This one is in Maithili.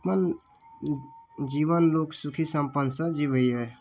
अपन जीवन लोग सुखी सम्पन्नसँ जीवैया